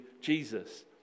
Jesus